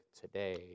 today